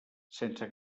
sense